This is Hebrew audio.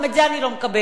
גם את זה אני לא מקבלת.